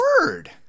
word